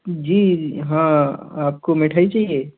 जी हाँ आपको मिठाई चाहिए